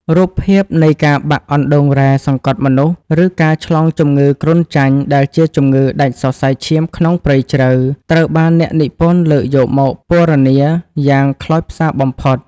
រូបភាពនៃការបាក់អណ្ដូងរ៉ែសង្កត់មនុស្ស ឬការឆ្លងជំងឺគ្រុនចាញ់ដែលជាជំងឺដាច់សរសៃឈាមក្នុងព្រៃជ្រៅ ត្រូវបានអ្នកនិពន្ធលើកយកមកពណ៌នាយ៉ាងខ្លោចផ្សាបំផុត។